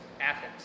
Athens